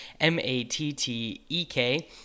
M-A-T-T-E-K